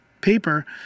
paper